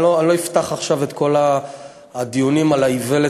אני לא אפתח עכשיו את כל הדיונים על האיוולת